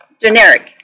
generic